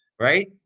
right